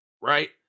right